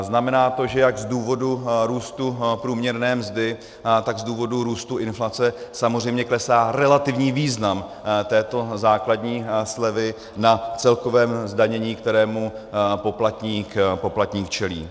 Znamená to, že jak z důvodu růstu průměrné mzdy, tak z důvodu růstu inflace samozřejmě klesá relativní význam této základní slevy na celkovém zdanění, kterému poplatník čelí.